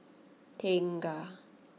Tengah